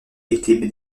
été